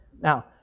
Now